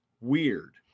weird